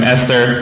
Esther